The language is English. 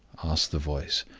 asked the voice,